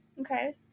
Okay